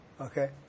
Okay